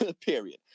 period